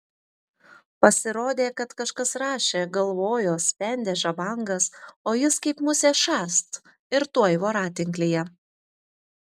pasirodė kad kažkas rašė galvojo spendė žabangas o jis kaip musė šast ir tuoj voratinklyje